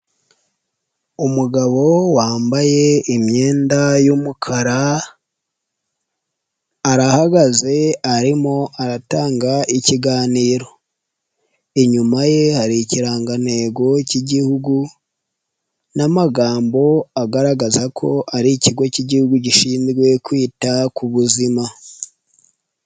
Umugabo wambaye imyenda y'umukara arahagaze arimo aratanga ikiganiro, inyuma ye hari ikirangantego k'Igihugu n'amagambo agaragaza ko ari Ikigo cy'Igihugu gishinzwe kwita ku Buzima.